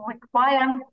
require